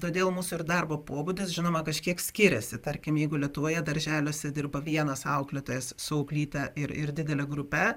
todėl mūsų ir darbo pobūdis žinoma kažkiek skiriasi tarkim jeigu lietuvoje darželiuose dirba vienas auklėtojas su auklyte ir ir didele grupe